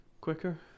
Quicker